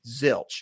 zilch